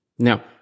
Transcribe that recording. Now